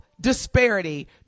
disparity